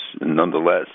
nonetheless